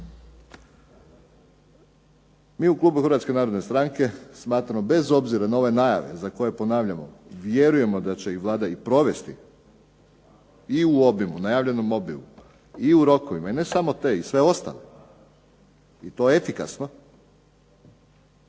Mi u klubu Hrvatske narodne stranke smatramo bez obzira na ove najave za koje ponavljamo, vjerujemo da će ih Vlada i provesti i u obimu, najavljenom obimu, i u roku i ne samo te i sve ostale i to efikasno,